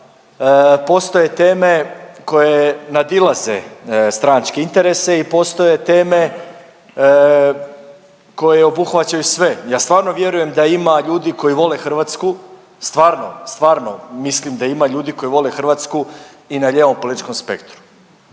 postoje teme koje nadilaze stranačke interese i postoje teme koje obuhvaćaju sve. Ja stvarno vjerujem da ima ljudi koji vole Hrvatsku, stvarno, stvarno mislim da ima ljudi koji vole Hrvatsku i na ljevom političkom spektru